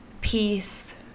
peace